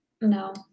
No